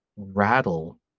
rattle